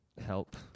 Help